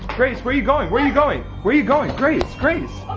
grace, where are you going? where are you going? where are you going? grace, grace,